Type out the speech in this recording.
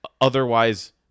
otherwise